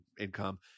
income